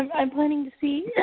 ah i'm planning to see,